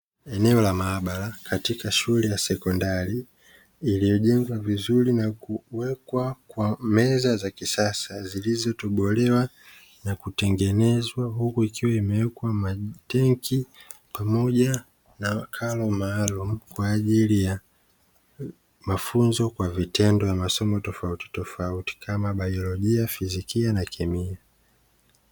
Eneo la maabara katika shule ya sekondari iliyojengwa vizuri na kuwekwa meza zakisasa zilizotobolewa na kutengenezwa, huku ikiwa imewekwa tenki pamoja na karo maalumu kwaajili ya mafunzo kwa vitendo ya masomo tofauti tofauti, kama biolojia, fizikia na kemia.